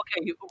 okay